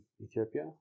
Ethiopia